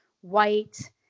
white